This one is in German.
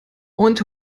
und